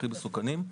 הכי מסוכנים.